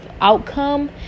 outcome